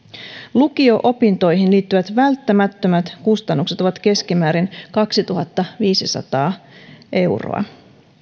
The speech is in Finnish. lukio opintoihin liittyvät välttämättömät kustannukset ovat keskimäärin kaksituhattaviisisataa euroa